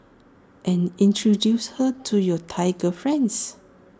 and introduce her to your Thai girlfriends